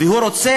והוא רוצה